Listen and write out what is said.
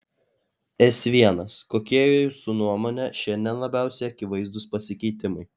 s l kokie jūsų nuomone šiandien labiausiai akivaizdūs pasikeitimai